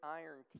iron